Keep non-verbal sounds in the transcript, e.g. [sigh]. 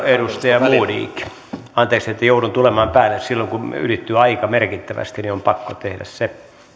[unintelligible] edustaja modig anteeksi että jouduin tulemaan päälle silloin kun ylittyy aika merkittävästi on pakko tehdä se